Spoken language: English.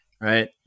right